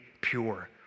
pure